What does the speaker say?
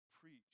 preach